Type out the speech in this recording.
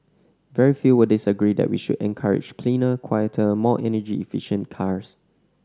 very few will disagree that we should encourage cleaner quieter more energy efficient cars